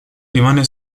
rimane